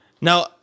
Now